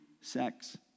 sex